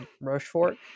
Rochefort